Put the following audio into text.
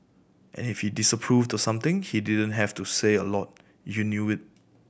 and if he disapproved of something he didn't have to say a lot you knew it